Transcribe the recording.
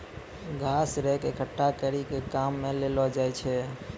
घास रेक एकठ्ठा करी के काम मे लैलो जाय छै